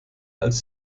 als